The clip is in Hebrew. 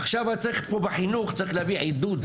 עכשיו בחינוך גם צריך להביא עידוד,